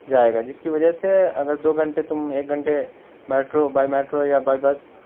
جائے گا جس کی وجہ سے اگر دو گھنٹے تم ایک گھنٹے میٹرو بائی میٹرو یا بائی بس